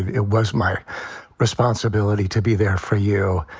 it was my responsibility to be there for you.